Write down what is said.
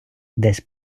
десь